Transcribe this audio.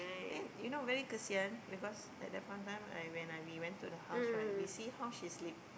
then you know very kesian because at that point of time I went when we went to her house right we see how she sleep